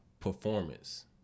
Performance